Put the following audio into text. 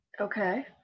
okay